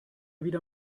wieder